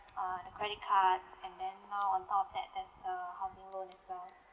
uh the credit card and then now on top of that as uh housing loan as well